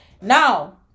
Now